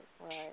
right